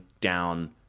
down